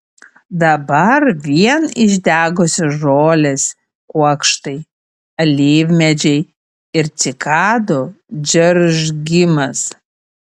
dabar vien išdegusios žolės kuokštai alyvmedžiai ir cikadų džeržgimas